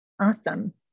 Awesome